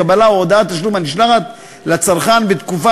קבלה או הודעת תשלום הנשלחת לצרכן בתקופה